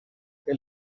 que